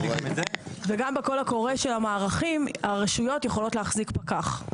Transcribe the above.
וגם בקול הקורא של המערכים הרשויות יכולות להחזיק כך.